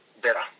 better